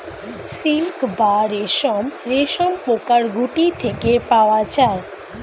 silk বা রেশম রেশমপোকার গুটি থেকে পাওয়া যায়